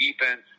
defense